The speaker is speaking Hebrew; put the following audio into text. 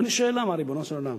ואני שואל, למה, ריבונו של עולם.